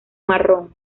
marrón